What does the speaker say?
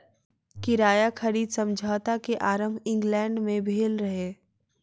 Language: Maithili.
किराया खरीद समझौता के आरम्भ इंग्लैंड में भेल रहे